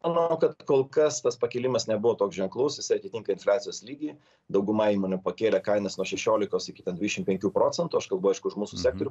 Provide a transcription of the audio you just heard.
manau kad kol kas tas pakilimas nebuvo toks ženklus jisai atitinka infliacijos lygį dauguma įmonių pakėlė kainas nuo šešiolikos iki ten dvidešim penkių procentų aš kalbu aišku už mūsų sektorių